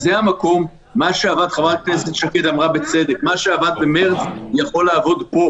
צדקה חברת הכנסת שקד שאמרה שמה שעבד במרץ יכול לעבוד עכשיו.